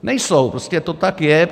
Nejsou, prostě to tak je.